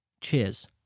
Cheers